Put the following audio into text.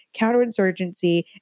counterinsurgency